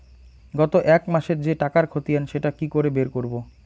গত এক মাসের যে টাকার খতিয়ান সেটা কি করে বের করব?